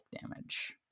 damage